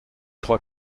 trois